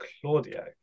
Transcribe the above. Claudio